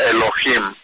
Elohim